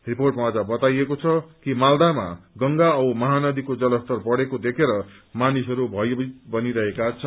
रिपोंअमा अझ बताइएको छ कि मालदामा गंगा औ महानदीको जलस्तर बढ़ेको देखेर मानिसहरू भयभीत बनिरहेका छन्